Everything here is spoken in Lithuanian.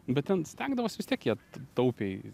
bet ten stengdavos vis tiek jie taupiai